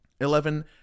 Eleven